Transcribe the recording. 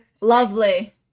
Lovely